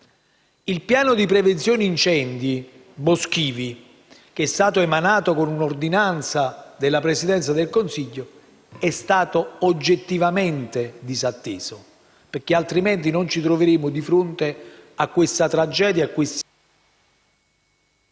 Il piano delle attività antincendio boschivo, che è stato emanato con un'ordinanza della Presidenza del Consiglio, è stato oggettivamente disatteso, altrimenti non ci troveremmo di fronte a una simile tragedia e agli